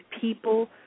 people